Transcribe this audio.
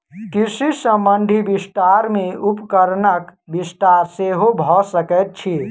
कृषि संबंधी विस्तार मे उपकरणक विस्तार सेहो भ सकैत अछि